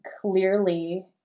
clearly